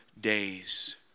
days